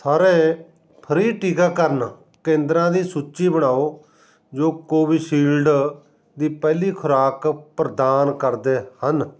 ਸਾਰੇ ਫ੍ਰੀ ਟੀਕਾਕਰਨ ਕੇਂਦਰਾਂ ਦੀ ਸੂਚੀ ਬਣਾਓ ਜੋ ਕੋਵਿਸ਼ੀਲਡ ਦੀ ਪਹਿਲੀ ਖੁਰਾਕ ਪ੍ਰਦਾਨ ਕਰਦੇ ਹਨ